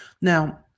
Now